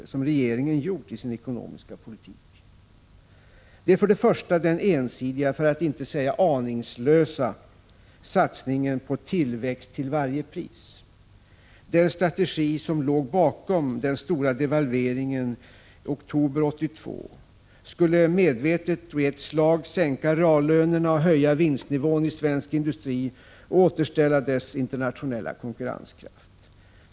1985/86:163 ekonomiska politik. Sjuni 1986 Det är för det första den ensidiga, för att inte säga aningslösa, satsningen på tillväxt till varje pris. Den strategi som låg bakom den stora devalveringen i oktober 1982 skulle medvetet och i ett slag sänka reallönerna och höja vinstnivån i svensk industri och återställa dess internationella konkurrenskraft.